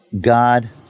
God